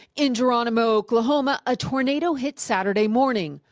in geronimo, oklahoma, a tornado hit saturday morning.